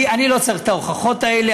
אני לא צריך את ההוכחות האלה,